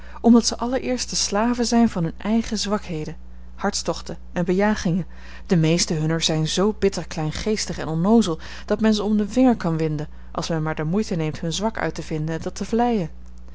omdat ze allereerst de slaven zijn van hunne eigene zwakheden hartstochten en bejagingen de meesten hunner zijn zoo bitter kleingeestig en onnoozel dat men ze om den vinger kan winden als men maar de moeite neemt hun zwak uit te vinden en dat te vleien